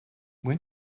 when